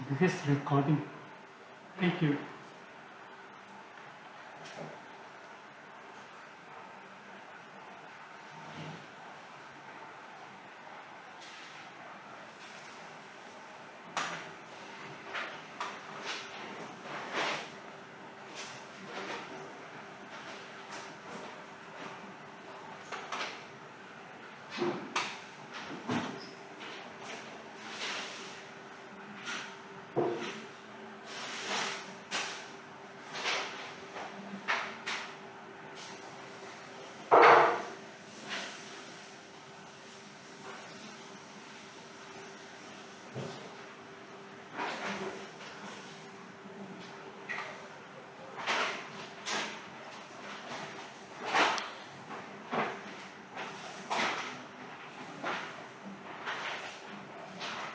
because recording thank you